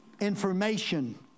information